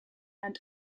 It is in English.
and